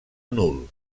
nul